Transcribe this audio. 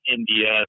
India